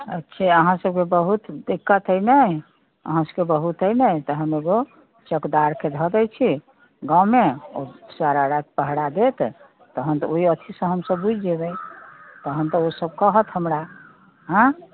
अच्छा अहाँ सबके बहुत दिक्कत अइ ने अहाँ सबके बहुत अइ ने तऽ हम एगो चौकीदारके धऽ दै छी गाँवमे ओ सारा राति पहरा देत तहन तऽ ओइ अथी सँ हमसब बुझि जेबै तहन तऽ ओसब कहत हमरा हँ